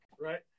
right